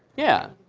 yeah.